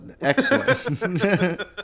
excellent